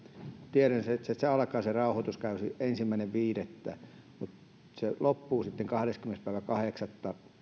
tiedän että kun se rauhoituskausi alkaa ensimmäinen viidettä ja loppuu sitten kahdeskymmenes kahdeksatta